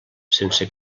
sense